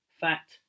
Fact